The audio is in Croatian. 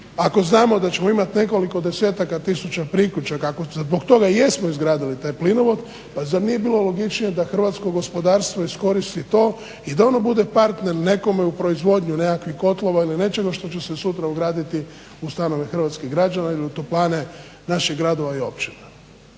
ako znamo da ćemo imati nekoliko desetaka tisuća priključaka, ako zbog toga i jesmo izgradili taj plinovod, pa zar nije bilo logičnije da hrvatsko gospodarstvo iskoristi to i da ono bude partner nekome u proizvodnji nekakvih kotlova, ili nečega što će se sutra ugraditi u stanove hrvatskih građana ili u toplane naših gradova i općina.